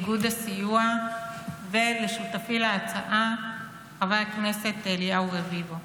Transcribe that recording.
לאיגוד הסיוע ולשותפי להצעה חבר הכנסת אליהו רביבו.